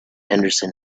henderson